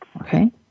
Okay